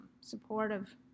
supportive